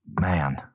man